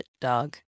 dog